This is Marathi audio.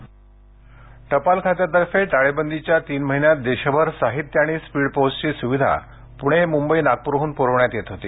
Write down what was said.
टुपाल टपाल खात्यातर्फे टाळेबंदीच्या तीन महिन्यात देशभर साहित्य आणि स्पीड पोस्टची सुविधा पुणे मुंबई नागपूरहून पूरविण्यात येत होती